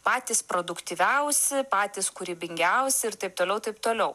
patys produktyviausi patys kūrybingiausi ir taip toliau taip toliau